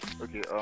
okay